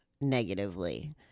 negatively